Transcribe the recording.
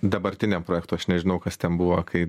dabartiniam projektui aš nežinau kas ten buvo kai